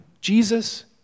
Jesus